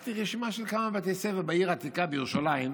ושלחתי רשימה של כמה בתי ספר בעיר העתיקה בירושלים,